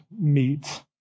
meet